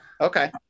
Okay